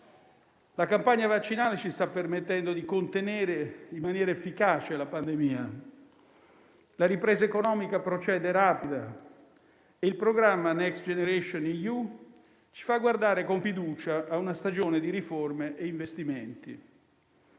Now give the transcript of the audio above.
la campagna vaccinale ci sta permettendo di contenere in maniera efficace la pandemia, la ripresa economica procede rapida e il programma Next generation EU ci fa guardare con fiducia a una stagione di riforme e investimenti.